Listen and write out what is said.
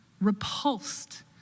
repulsed